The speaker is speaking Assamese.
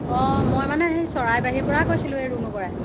অ' মই মানে সেই চৰাইবাহী পৰা কৈছিলো এ ৰুণো বৰাই